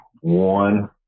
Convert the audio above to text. one